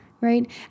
right